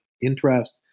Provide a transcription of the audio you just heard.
interest